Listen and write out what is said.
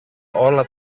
όλα